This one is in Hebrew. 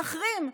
נחרים.